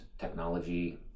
technology